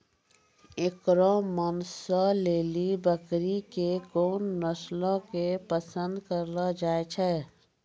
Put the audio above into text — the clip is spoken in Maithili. एकरो मांसो लेली बकरी के कोन नस्लो के पसंद करलो जाय छै?